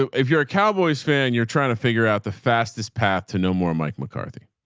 so if you're a cowboys fan, you're trying to figure out the fastest path to know more mike mccarthy.